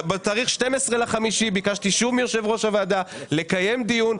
בתאריך 12.5 ביקשתי שוב מיושב ראש הוועדה לקיים דיון,